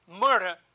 murder